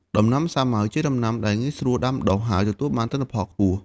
ដំណាំសាវម៉ាវជាដំណាំដែលងាយស្រួលដាំដុះ ហើយទទួលបានទិន្នផលខ្ពស់។